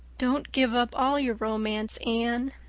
don't give up all your romance, anne,